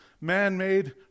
man-made